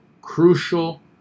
crucial